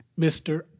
Mr